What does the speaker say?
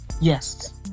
Yes